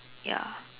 ya